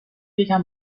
یکم